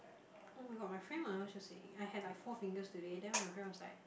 [oh]-my-god my friend was just saying I had like Four-Fingers today then my friend was like